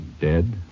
dead